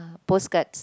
postcards